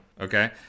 Okay